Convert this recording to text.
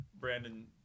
Brandon